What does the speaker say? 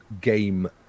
game